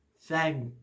thank